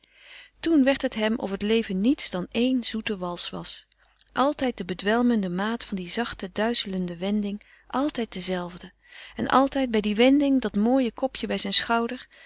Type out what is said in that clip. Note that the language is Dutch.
toen werd het hem of het leven niets dan éen zoete wals was altijd de bedwelmende maat van die zachte duizelende wending altijd dezelfde en altijd bij die wending dat mooie kopje bij zijn schouder